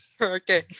Okay